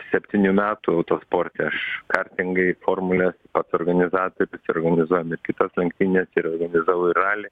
septynių metų autosporte aš kartingai formulė pats organizatorius organizuojam ir kitas lenktynes ir organizavau ir ralį